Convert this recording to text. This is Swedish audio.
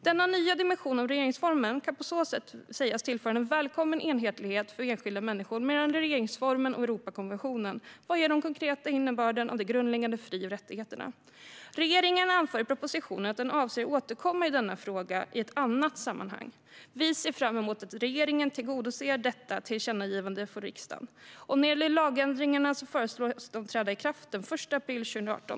Denna nya dimension av regeringsformen kan på så sätt sägas tillföra en välkommen enhetlighet för enskilda människor mellan regeringsformen och Europakonventionen vad gäller den konkreta innebörden av de grundläggande fri och rättigheterna. Regeringen anför i propositionen att den avser att återkomma till denna fråga i ett annat sammanhang. Vi ser fram emot att regeringen tillgodoser detta tillkännagivande från riksdagen. Lagändringarna föreslås träda i kraft den 1 april 2018.